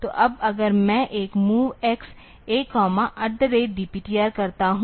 तो अब अगर मैं एक MOV X A DPTR करता हूं